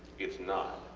its not.